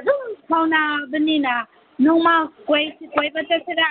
ꯑꯗꯨꯝ ꯁꯥꯎꯅꯕꯅꯤꯅ ꯅꯣꯡꯃ ꯀꯣꯏꯕ ꯆꯠꯁꯤꯔꯥ